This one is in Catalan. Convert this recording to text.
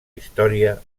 història